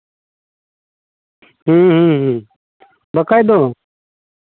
ᱦᱩᱸ ᱦᱩᱸ ᱦᱩᱸ ᱵᱟᱠᱷᱟᱡ ᱫᱚ